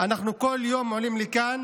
אנחנו כל יום עולים לכאן